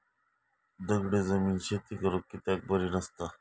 दगडी जमीन शेती करुक कित्याक बरी नसता?